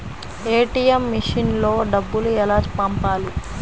ATM మెషిన్లో డబ్బులు ఎలా పంపాలి?